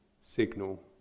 signal